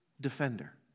defender